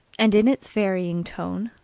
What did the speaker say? and in its varying tone,